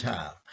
Time